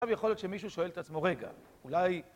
עכשיו יכול להיות שמישהו שואל את עצמו רגע, אולי...